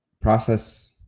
process